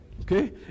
Okay